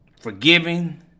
forgiving